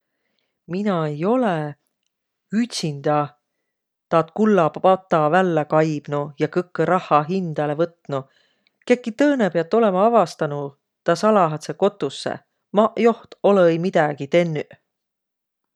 Mina ei olõq ütsindä taad kullapata vällä kaibnuq ja kõkkõ rahha hindäle võtnuq. Kiäki tõõnõ piät olõma avastanuq taa salahadsõ kotussõ. Maq joht olõ-õi midägi tennüq.